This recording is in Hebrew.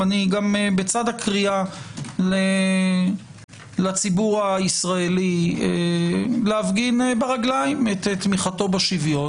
בצד הקריאה לציבור הישראלי להפגין ברגליים את תמיכתו בשוויון,